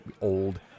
old